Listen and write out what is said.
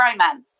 Romance